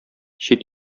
чит